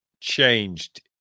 changed